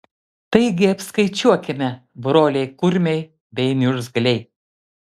taigi apskaičiuokime broliai kurmiai bei niurzgliai